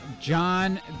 John